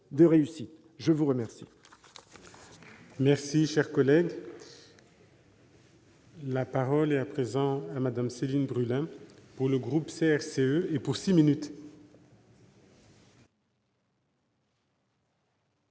Je vous remercie,